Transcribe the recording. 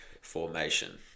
formation